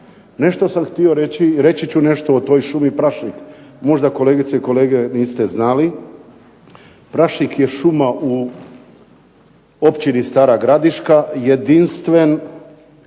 Nešto sam htio reći i reći ću nešto o toj šumi Prašnik. Možda kolegice i kolegice niste znali, Prašnik je šuma u Općini Stara Gradiška jedinstven,